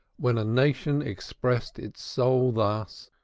when a nation expressed its soul thus,